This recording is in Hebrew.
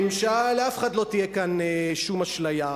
שלאף אחד לא תהיה כאן שום אשליה.